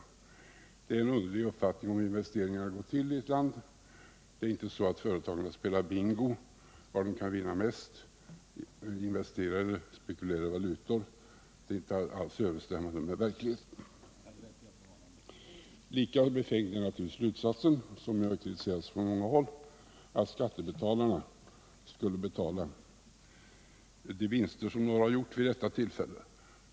Detta är en underlig uppfattning om hur investeringar går till i ett land. Företagarna spelar inte bingo för att se vad de kan vinna mest på — investeringar eller spekulation i valutor. Det är alltså inte alls överenstämmande med verkligheten. Lika befängd är naturligtvis slutsatsen, som emellertid framförs på många håll, att skattebetalarna skulle betala de vinster som några valutaköpare har gjort vid detta tillfälle.